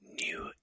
new